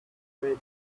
make